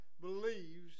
believes